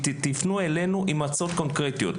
תפנו אלינו עם הצעות קונקרטיות.